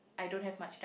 I don't have much time